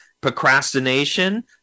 procrastination